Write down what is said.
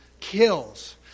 Kills